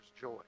joy